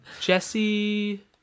Jesse